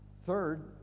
Third